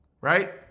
right